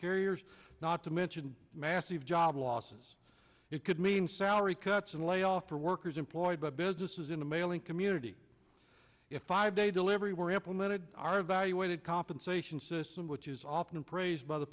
carriers not to mention massive job losses it could mean salary cuts and layoffs for workers employed by businesses in the mailing community if five day delivery were implemented are evaluated compensation system which is often praised by the